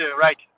right